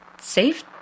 safe